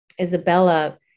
Isabella